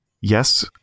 yes